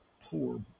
poor